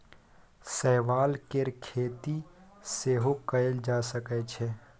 शैवाल केर खेती सेहो कएल जा सकै छै